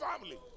family